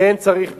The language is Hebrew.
כן צריך ביקורת.